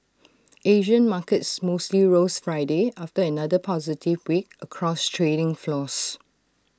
Asian markets mostly rose Friday after another positive week across trading floors